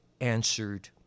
answered